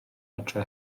adre